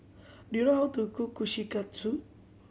do you know how to cook Kushikatsu